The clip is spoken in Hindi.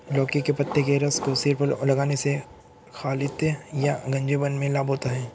लौकी के पत्ते के रस को सिर पर लगाने से खालित्य या गंजेपन में लाभ होता है